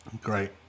Great